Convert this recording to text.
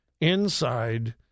inside